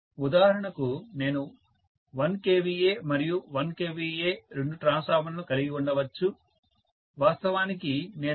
ఉదాహరణకు నేను 1 kVA మరియు 1 kVA రెండు ట్రాన్స్ఫార్మర్లను కలిగి ఉండవచ్చు వాస్తవానికి నేను ఒక 1